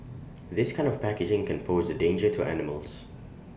this kind of packaging can pose danger to animals